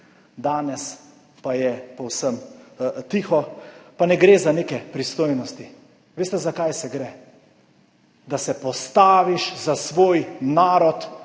Danes pa je povsem tiho. Pa ne gre za neke pristojnosti. Veste, za kaj gre? Da se postaviš za svoj narod